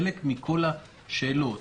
חלק מכל השאלות,